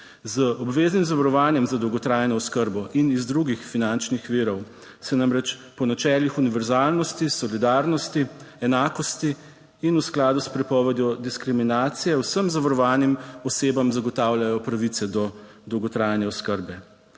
Z obveznim zavarovanjem za dolgotrajno oskrbo in iz drugih finančnih virov se namreč po načelih univerzalnosti, solidarnosti, enakosti in v skladu s prepovedjo diskriminacije vsem zavarovanim osebam zagotavljajo pravice do dolgotrajne oskrbe.